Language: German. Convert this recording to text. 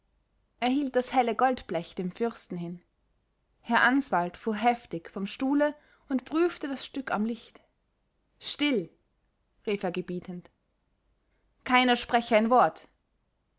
hielt das helle goldblech dem fürsten hin herr answald fuhr heftig vom stuhle und prüfte das stück am licht still rief er gebietend keiner spreche ein wort